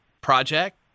project